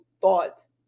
thoughts